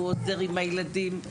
והוא עוזר עם הילדים.